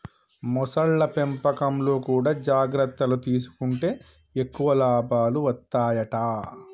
మొసళ్ల పెంపకంలో కూడా జాగ్రత్తలు తీసుకుంటే ఎక్కువ లాభాలు వత్తాయట